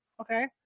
Okay